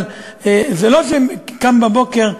אבל זה לא שקם בבוקר,